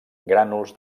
grànuls